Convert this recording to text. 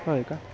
होय का